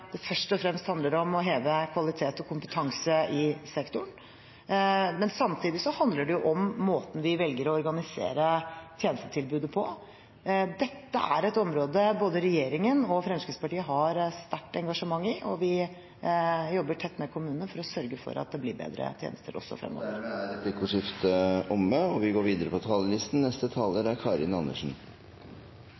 det først og fremst handler om å heve kvalitet og kompetanse i sektoren, men samtidig handler det jo om måten vi velger å organisere tjenestetilbudet på. Dette er et område både regjeringen og Fremskrittspartiet har et sterkt engasjement i, og vi jobber tett med kommunene for å sørge for at det blir bedre tjenester også fremover. Replikkordskiftet er omme. De talere som heretter får ordet, har en taletid på